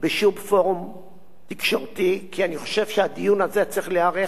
תקשורתי כי אני חושב שהדיון הזה צריך להיערך אך ורק בכנסת